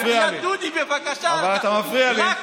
שנייה, אתה מפריע לי.